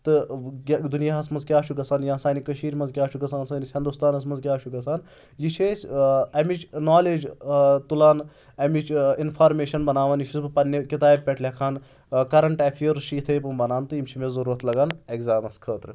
تہٕ دُنیاہَس منٛز کیاہ چھُ گژھان یا سانہِ کٔشیٖرِ منٛز کیاہ چھُ گژھان سٲنِس ہِندوستانَس منٛز کیٛاہ چھُ گژھان یہِ چھِ أسۍ اَمِچ نالیج تُلان اَمِچ اِنفارمیشَن بَناوان یہِ چھُس بہٕ پَننہِ کِتابہِ پؠٹھ لیکھان کَرَنٹ ایٚفٲرٕس چھِ یِتھٕے پٲٹھۍ بَنان تہٕ یِم چھِ مےٚ ضوٚرَتھ لَگان ایٚگزامَس خٲطرٕ